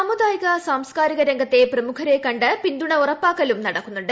സാമുദായിക സാംസ്കാരിക രംഗത്തെ പ്രമുഖരെ കണ്ട് പിന്തുണ ഉറപ്പാക്കലും നടക്കുന്നുണ്ട്